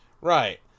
right